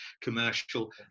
commercial